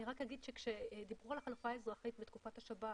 אני רק אגיד שכשדיברו על החלופה האזרחית בתקופת השב"כ,